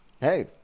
hey